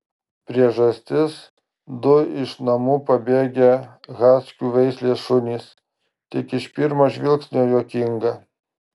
priežastis du iš namų pabėgę haskių veislė šunys tik iš pirmo žvilgsnio juokinga